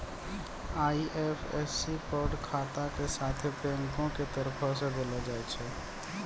IFSC code खाता के साथे बैंको के तरफो से देलो जाय छै